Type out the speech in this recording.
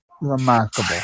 Remarkable